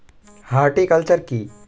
Horticulture কি?